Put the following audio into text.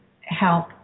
help